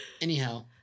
anyhow